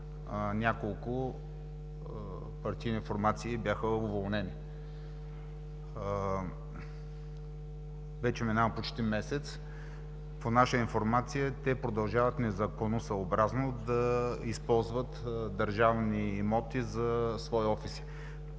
няколко партийни формации бяха уволнени. Вече мина почти месец и по наша информация те продължават незаконосъобразно да използват държавни имоти за свои офиси.